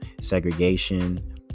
segregation